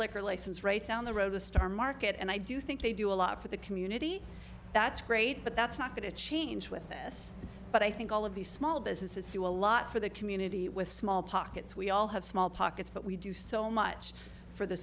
liquor license right down the road a star market and i do think they do a lot for the community that's great but that's not going to change with this but i think all of these small businesses do a lot for the community with small pockets we all have small pockets but we do so much for the